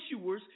issuers